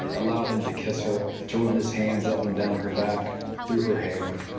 allowed him to kiss her, to run his hands up and down her back, through her hair.